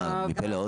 מפה לאוזן?